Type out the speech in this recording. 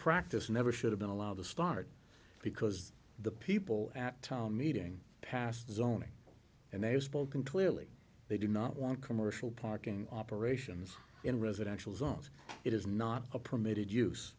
practice never should have been allowed to start because the people at town meeting passed zoning and they were spoken to really they do not want commercial parking operations in residential zones it is not a permitted use